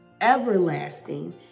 everlasting